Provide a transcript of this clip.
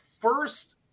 first